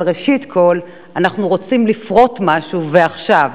אבל ראשית כול אנחנו רוצים לפרוט משהו ועכשיו,